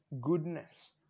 goodness